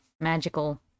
magical